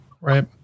Right